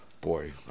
Boy